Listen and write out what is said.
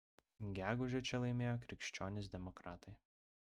gegužę čia laimėjo krikščionys demokratai